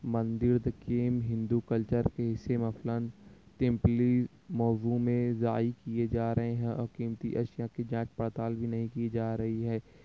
مندر کی ہندو کلچر کے حصے میں مثلاََ طفلی میں موضوع میں ضائع کیے جا رہے ہیں اور قیمتی اشیا کی جانچ پڑتال بھی نہیں کی جارہی ہے